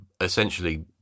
essentially